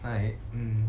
I mm